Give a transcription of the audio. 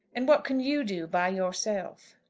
and what can you do by yourself?